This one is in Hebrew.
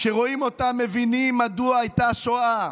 כשרואים אותם מבינים מדוע הייתה שואה".